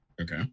Okay